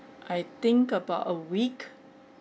I think about a week